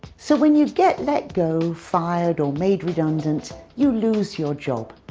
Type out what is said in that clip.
so when you get let go, fired or made redundant, you lose your job.